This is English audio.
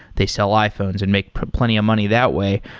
they sell iphones and make plenty of money that way.